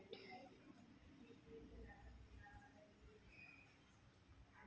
पारंपारिक पध्दतीन माशे पकडुसाठी भाल्याचो पण वापर करतत